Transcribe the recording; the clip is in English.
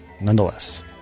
nonetheless